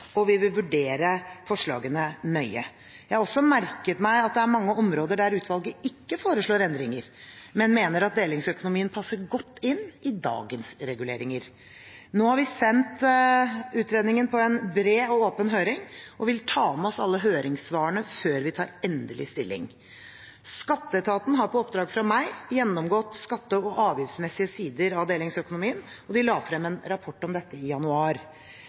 og vi vil vurdere forslagene nøye. Jeg har også merket meg at det er mange områder der utvalget ikke foreslår endringer, men mener at delingsøkonomien passer godt inn i dagens reguleringer. Nå har vi sendt utredningen på en bred og åpen høring, og vi vil ta med oss alle høringssvarene før vi tar endelig stilling. Skatteetaten har på oppdrag fra meg gjennomgått skatte- og avgiftsmessige sider av delingsøkonomien, og de la frem en rapport om dette i januar.